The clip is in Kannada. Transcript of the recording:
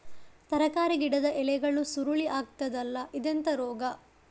ತರಕಾರಿ ಗಿಡದ ಎಲೆಗಳು ಸುರುಳಿ ಆಗ್ತದಲ್ಲ, ಇದೆಂತ ರೋಗ?